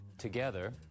Together